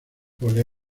pole